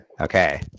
Okay